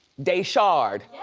daeshard.